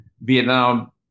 Vietnam